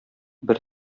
бер